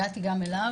הגעתי גם אליו.